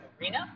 Arena